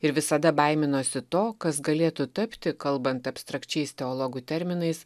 ir visada baiminosi to kas galėtų tapti kalbant abstrakčiais teologų terminais